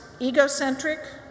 egocentric